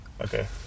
Okay